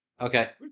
Okay